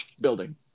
building